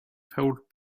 felt